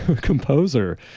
composer